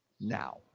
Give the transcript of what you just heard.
now